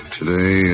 Today